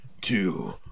two